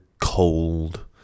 cold